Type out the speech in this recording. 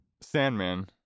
Sandman